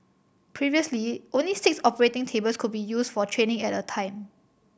previously only six operating tables could be used for training at a time